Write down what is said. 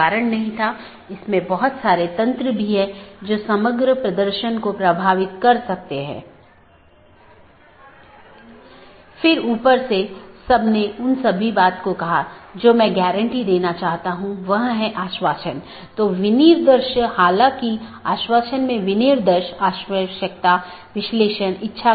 दो जोड़े के बीच टीसीपी सत्र की स्थापना करते समय BGP सत्र की स्थापना से पहले डिवाइस पुष्टि करता है कि BGP डिवाइस रूटिंग की जानकारी प्रत्येक सहकर्मी में उपलब्ध है या नहीं